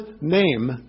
name